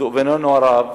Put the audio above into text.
לדאבוננו הרב,